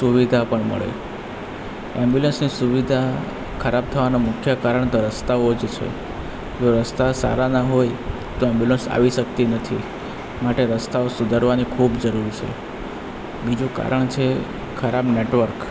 સુવિધા પણ મળે ઍમ્બ્યુલન્સની સુવિધા ખરાબ થવાનું મુખ્ય કારણ તો રસ્તાઓ છે જો રસ્તા સારા ના હોય તો ઍમ્બ્યુલન્સ આવી શકતી નથી માટે રસ્તાઓ સુધારવાની ખૂબ જરૂર છે બીજું કારણ છે ખરાબ નેટવર્ક